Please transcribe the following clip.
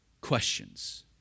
questions